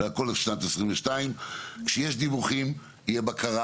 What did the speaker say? והכול על שנת 2022. כשיש דיווחים תהיה בקרה.